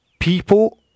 People